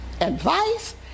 advice